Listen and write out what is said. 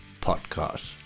podcast